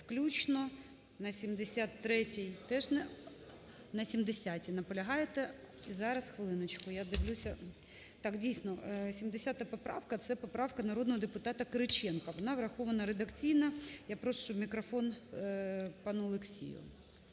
включно. На 73-й теж. На 70-й наполягаєте. Зараз хвилиночку, я дивлюся. Так, дійсно, 70 поправка це поправка народного депутата Кириченка, вона врахована редакційно. Я прошу мікрофон пану Олексію.